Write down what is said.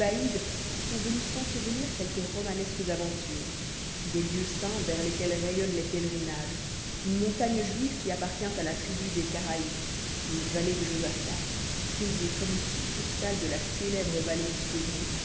où sont venues s'ensevelir quelques romanesques aventures des lieux saints vers les quels rayonnent les pèlerinages une montagne juive qui appartient à la tribu des karaïtes et une vallée de josaphat creusée comme une succursale de la célèbre vallée du cédron